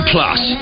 Plus